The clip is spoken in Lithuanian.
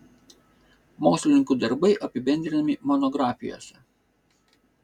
mokslininkų darbai apibendrinami monografijose